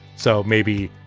so maybe.